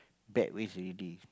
bad ways already